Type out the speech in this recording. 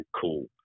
cool